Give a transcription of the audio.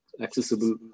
accessible